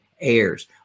heirs